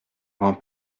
grand